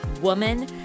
Woman